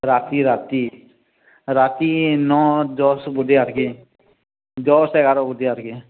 ରାତି ରାତି ରାତି ନଅ ଦଶ ବୋଧେ ଆଡ଼ି କି ଦଶ ଏଗାର ବୋଧେ ଆଡ଼ି କି